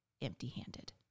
empty-handed